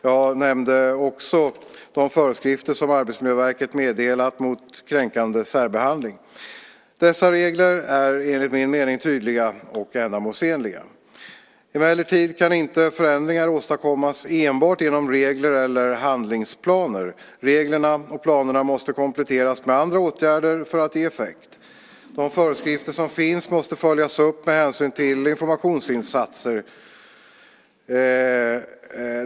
Jag omnämnde också de föreskrifter som Arbetsmiljöverket meddelat mot kränkande särbehandling. Dessa regler är enligt min mening tydliga och ändamålsenliga. Emellertid kan inte förändringar åstadkommas enbart genom regler eller handlingsplaner. Reglerna och planerna måste kompletteras med andra åtgärder för att ge effekt. De föreskrifter som finns måste följas upp med tillsyn och informationsinsatser.